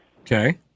Okay